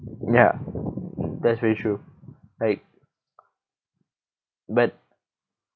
ya that's very true like but